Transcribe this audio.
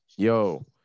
Yo